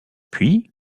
puis